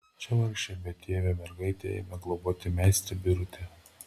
čia vargšę betėvę mergaitę ėmė globoti meistrė birutė